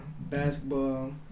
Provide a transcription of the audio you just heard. basketball